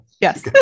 Yes